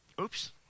Oops